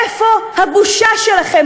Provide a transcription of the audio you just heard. איפה הבושה שלכם,